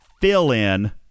fill-in